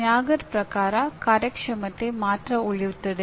ಮ್ಯಾಗರ್ ಪ್ರಕಾರ ಕಾರ್ಯಕ್ಷಮತೆ ಮಾತ್ರ ಉಳಿಯುತ್ತದೆ